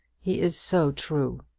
he is so true.